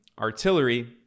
artillery